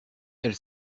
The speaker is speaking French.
elle